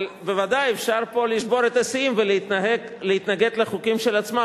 אבל בוודאי אפשר פה לשבור את השיאים ולהתנגד לחוקים של עצמם.